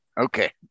Okay